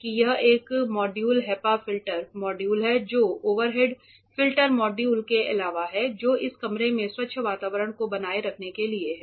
तो यह एक मॉड्यूल HEPA फिल्टर मॉड्यूल है जो ओवरहेड फ़िल्टर मॉड्यूल के अलावा है जो इस कमरे के स्वच्छ वातावरण को बनाए रखने के लिए हैं